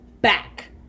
back